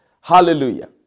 Hallelujah